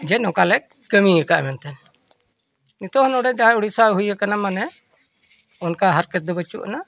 ᱡᱮ ᱱᱚᱝᱠᱟᱞᱮ ᱠᱟᱹᱢᱤ ᱟᱠᱟᱫᱼᱟ ᱢᱮᱱᱛᱮ ᱱᱤᱛᱚᱜ ᱦᱚᱸ ᱱᱚᱰᱮ ᱡᱟᱦᱟᱸᱭ ᱳᱰᱤᱥᱟ ᱦᱩᱭ ᱠᱟᱱᱟ ᱢᱟᱱᱮ ᱚᱱᱠᱟ ᱦᱟᱨᱠᱮᱛ ᱫᱚ ᱵᱟᱹᱪᱩᱜ ᱟᱱᱟ